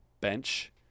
bench